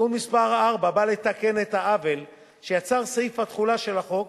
תיקון מס' 4 בא לתקן את העוול שיצר סעיף התחולה של החוק,